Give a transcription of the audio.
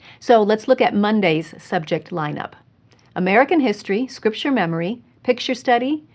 so let's look at monday's subject line up american history, scripture memory, picture study,